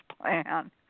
plan